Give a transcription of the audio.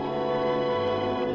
or